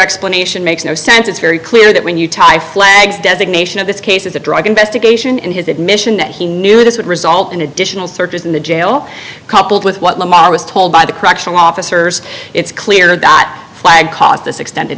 explanation makes no sense it's very clear that when you tie flags designation of this case as a drug investigation and his admission that he knew this would result in additional searches in the jail coupled with what lamar was told by the correctional officers it's clear that caused this extended